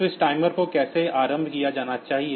तो इस टाइमर को कैसे आरंभ किया जाना चाहिए